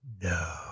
No